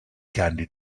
candy